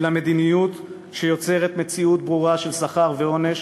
אלא מדיניות שיוצרת מציאות ברורה של שכר ועונש,